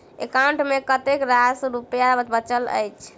account मे कतेक रास रुपया बचल एई